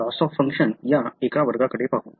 loss of function या एका वर्गाकडे पाहू